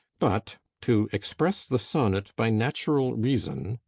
but to express the sonnet by natural reason,